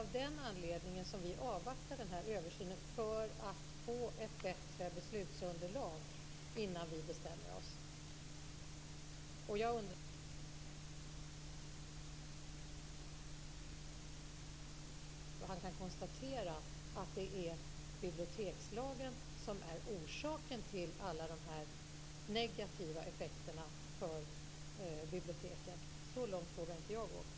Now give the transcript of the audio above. Av den anledningen avvaktar vi översynen. Vi vill få ett bättre beslutsunderlag innan vi bestämmer oss. Jag undrar hur Lennart Fridén kan vara så säker på detta att han kan konstatera att det är bibliotekslagen som är orsaken till alla de här negativa effekterna på biblioteken. Så långt vågar inte jag gå.